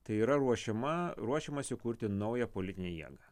tai yra ruošiama ruošiamasi kurti naują politinę jiegą